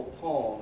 poem